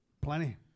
Plenty